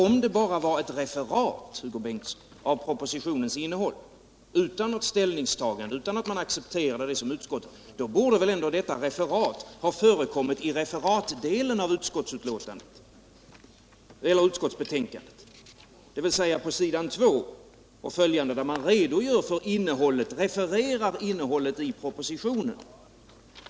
Om det bara var ett referat av propositionens innehåll, Hugo Bengtsson, utan något ställningstagande och utan att man accepterat det som utskottets mening, borde väl detta referat ha förekommit i referatdelen av betänkandet, dvs. på s. 2 och följande, där innehållet i propositionen refereras.